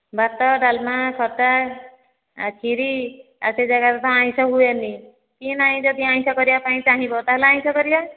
ଭାତ ଡାଲମା ଖଟା ଆଉ ଖିରି ଆଉ ସେ ଯାଗା ରେ ତା ଆଇଁସ ହୁଏନି କି ନାହିଁ ଯଦି ଆଇଁସ କରିବାକୁ ଚାହିଁବ ତାହେଲେ ଆଇଁସ କରିବା